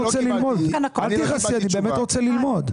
אל תכעסי, אני באמת רוצה ללמוד.